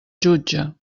jutge